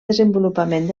desenvolupament